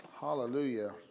hallelujah